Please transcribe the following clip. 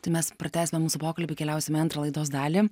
tai mes pratęsime mūsų pokalbį keliausim į antrą laidos dalį